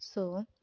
so